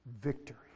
victory